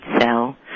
cell